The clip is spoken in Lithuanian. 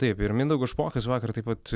taip ir mindaugas špokas vakar taip pat